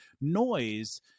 noise